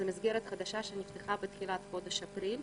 זו מסגרת חדשה שנפתחה בתחילת חודש אפריל,